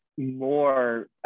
More